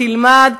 תלמד,